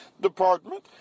department